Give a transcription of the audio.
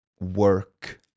work